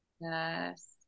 yes